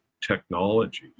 technology